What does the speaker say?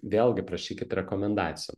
vėlgi prašykit rekomendacijų